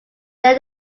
then